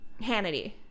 Hannity